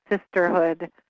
sisterhood